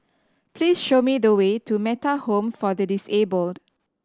please show me the way to Metta Home for the Disabled